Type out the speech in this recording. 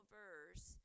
verse